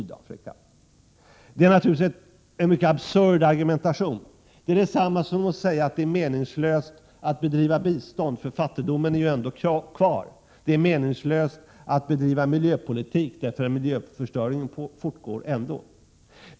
Det är naturligtvis en absurd argumentation. Det är detsamma som att säga att det är meningslöst att bedriva bistånd — fattigdomen är ju ändå kvar. Eller att det är meningslöst att bedriva miljöpolitik — miljöförstöringen fortgår ju ändå.